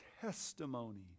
testimony